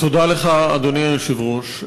תודה לך, אדוני היושב-ראש.